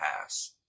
pass